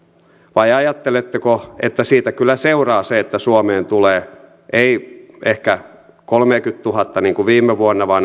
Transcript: vai ajatteletteko että siitä kyllä seuraa se että suomeen tulee ei ehkä kolmekymmentätuhatta niin kuin viime vuonna vaan